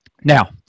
Now